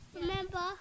Remember